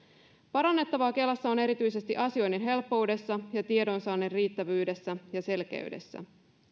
parannettavaa kelassa on erityisesti asioinnin helppoudessa ja tiedonsaannin riittävyydessä ja selkeydessä